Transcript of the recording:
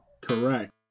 Correct